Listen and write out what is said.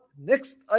next